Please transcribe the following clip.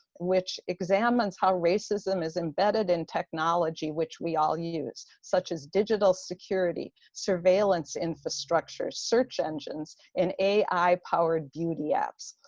which examines how racism is embedded in technology which we all use, such as digital security, surveillance infrastructure, search engines, and a i powered beauty apps.